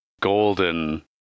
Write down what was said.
golden